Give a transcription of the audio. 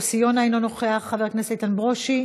יוסי יונה, אינו נוכח, חבר הכנסת איתן ברושי,